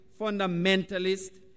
Fundamentalist